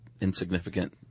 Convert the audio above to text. insignificant